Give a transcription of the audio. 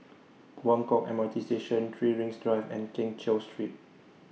Buangkok M R T Station three Rings Drive and Keng Cheow Street